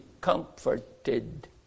comforted